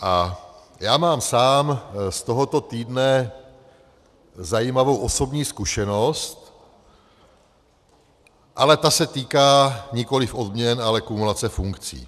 A já mám sám z tohoto týdne zajímavou osobní zkušenost, ale ta se týká nikoliv odměn, ale kumulace funkcí.